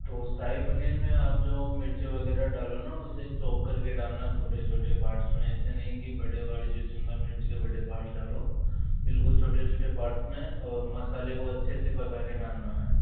तो शाही पनीर में आप जो मिर्चे वगैरह डालो ना उसे चौप करके डालना छोटे छोटे पार्ट्स में ऐसे नहीं कि बड़े वाले जो शिमला मिर्च के बड़े पार्ट्स डालो बिल्कुल छोटे छोटे पार्ट्स में और मसाले को अच्छे से पकड़ के डालना है